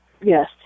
Yes